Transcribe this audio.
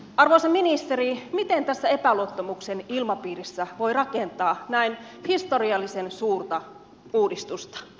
arvoisa ministeri miten tässä epäluottamuksen ilmapiirissä voi rakentaa näin historiallisen suurta uudistusta